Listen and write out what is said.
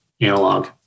analog